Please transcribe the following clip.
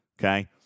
Okay